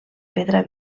pedra